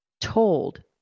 told